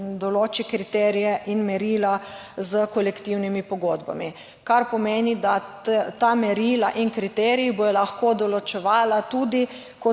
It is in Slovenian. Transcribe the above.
določi kriterije in merila s kolektivnimi pogodbami, kar pomeni, da ta merila in kriteriji bodo lahko določevala tudi, kot